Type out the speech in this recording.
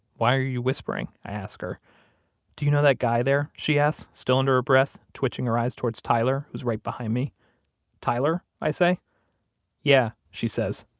why are you whispering, i ask her do you know that guy there? she asks, still under her breath, twitching her eyes towards tyler, who's right behind me tyler, i say yeah, she says.